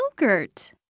yogurt